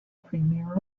premier